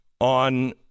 on